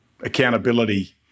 accountability